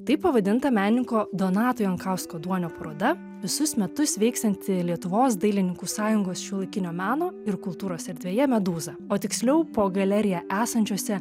taip pavadinta menininko donato jankausko danio paroda visus metus veiksianti lietuvos dailininkų sąjungos šiuolaikinio meno ir kultūros erdvėje medūza o tiksliau po galerija esančiuose